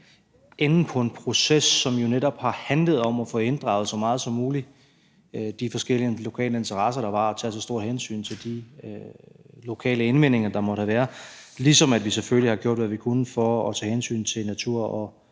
enden på en proces, som netop har handlet om at få inddraget så meget som muligt, altså de forskellige lokale interesser, der var, og at tage så store hensyn til de lokale indvendinger, der måtte have været, ligesom vi selvfølgelig har gjort, hvad vi kunne, for at tage hensyn til natur- og